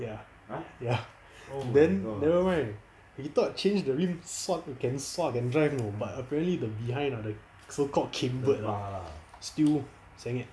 ya ya then never mind he thought change the rim 算 can 算 can drive know but apparently the behind the so called cumbered still senye